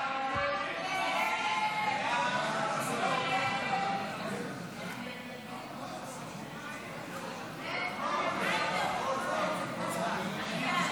ההצעה להעביר את הצעת חוק כלי הירייה (תיקון מס' 24) (תיקון)